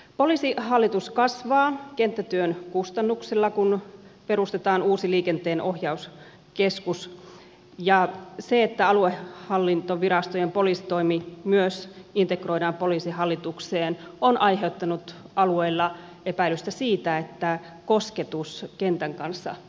poliisihallitus kasvaa kenttätyön kustannuksella kun perustetaan uusi liikenteenohjauskeskus ja se että aluehallintovirastojen poliisitoimi myös integroidaan poliisihallitukseen on aiheuttanut alueilla epäilystä siitä että kosketus kentän kanssa vähenee